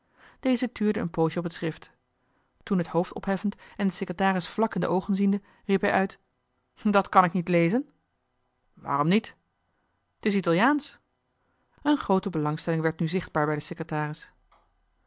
deze tuurde een poosje op het schrift toen het joh h been paddeltje de scheepsjongen van michiel de ruijter hoofd opheffend en den secretaris vlak in de oogen ziende riep hij uit dat kan ik niet lezen waarom niet t is italiaansch een groote belangstelling werd nu zichtbaar bij den secretaris